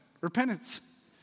repentance